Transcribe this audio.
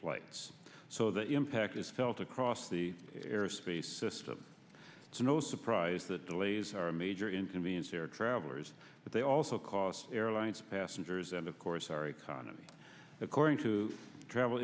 flights so the impact is felt across the airspace system so no surprise the delays are a major inconvenience air travelers but they also cost airlines passengers and of course our economy according to the travel